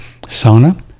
sauna